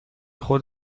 خود